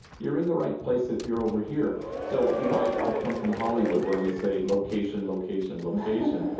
you're in the right place if you're over here so, you know i i come from hollywood where we say, location, location, location.